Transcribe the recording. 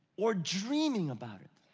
or dreaming about it.